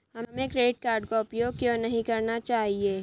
हमें credit card का उपयोग क्यों नहीं करना चाहिए?